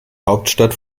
hauptstadt